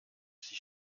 sich